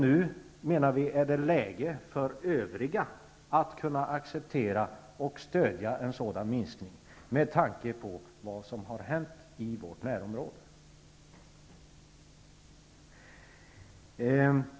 Nu, menar vi, är det läge för övriga att kunna acceptera och stödja en sådan minskning, med tanke på vad som har hänt i vårt närområde.